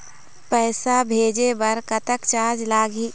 पैसा भेजे बर कतक चार्ज लगही?